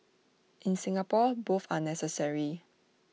in Singapore both are necessary